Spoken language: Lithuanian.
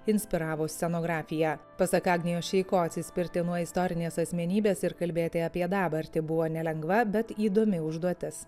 inspiravo scenografiją pasak agnijos šeiko atsispirti nuo istorinės asmenybės ir kalbėti apie dabartį buvo nelengva bet įdomi užduotis